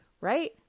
Right